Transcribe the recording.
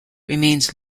remains